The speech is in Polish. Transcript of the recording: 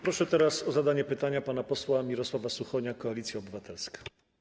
Proszę teraz o zadanie pytania pana posła Mirosława Suchonia, Koalicja Obywatelska.